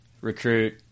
recruit